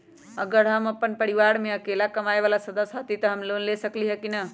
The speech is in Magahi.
अगर हम अपन परिवार में अकेला कमाये वाला सदस्य हती त हम लोन ले सकेली की न?